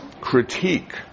critique